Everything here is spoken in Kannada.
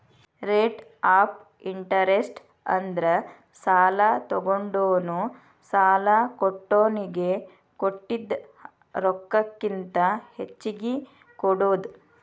ರೇಟ್ ಆಫ್ ಇಂಟರೆಸ್ಟ್ ಅಂದ್ರ ಸಾಲಾ ತೊಗೊಂಡೋನು ಸಾಲಾ ಕೊಟ್ಟೋನಿಗಿ ಕೊಟ್ಟಿದ್ ರೊಕ್ಕಕ್ಕಿಂತ ಹೆಚ್ಚಿಗಿ ಕೊಡೋದ್